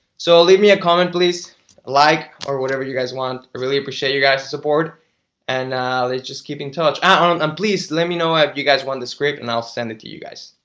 so leave me a comment please like or whatever you guys want. i really appreciate you guys to support and it's just keeping touch. i don't and um please let me know what you guys want the scrape and i'll send it to you guys